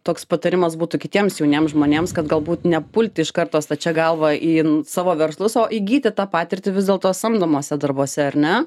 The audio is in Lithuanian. toks patarimas būtų kitiems jauniems žmonėms kad galbūt nepulti iš karto stačia galva į savo verslus o įgyti tą patirtį vis dėlto samdomuose darbuose ar ne